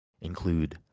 include